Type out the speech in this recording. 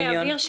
רק אבהיר.